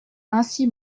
ainsi